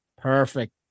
perfect